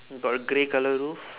you got your grey colour roof